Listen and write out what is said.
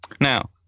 now